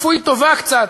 כפוי טובה, קצת,